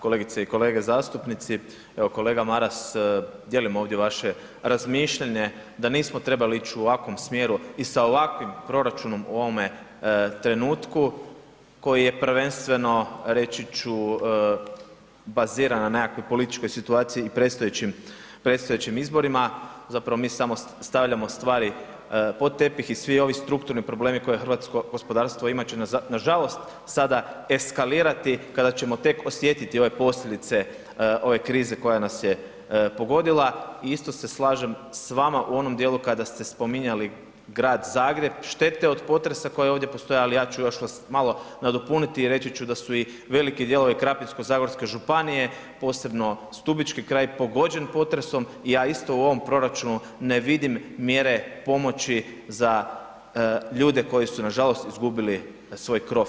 Kolegice i kolege zastupnici, evo kolega Maras, dijelim ovdje vaše razmišljanje da nismo trebali ić u ovakvom smjeru i sa ovakvim proračunom u ovome trenutku koji je prvenstveno reći ću, baziran na nekakvoj političkoj situaciji i predstojećim izborima zapravo mi samo stavljamo stvari pod tepih i svi ovi strukturni problemi koje hrvatsko gospodarstvo ima će nažalost sada eskalirati kada ćemo tek osjetiti ove posljedice ove krize koja nas je pogodila i isto se slažem s vama u onom djelu kad ste spominjali grad Zagreb, štete od potresa koje ovdje postoje ali ja ću još vas malo nadopuniti i reći ću da su i veliki dijelovi Krapinsko-zagorske županije posebno stubički kraj, pogođen potresom i ja isto u ovom proračunu ne vidim mjere pomoći za ljude koji su nažalost izgubili svoj kriv nad glavom.